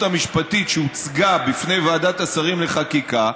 המשפטית שהוצגה בפני ועדת השרים לחקיקה,